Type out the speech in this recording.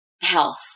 health